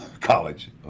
college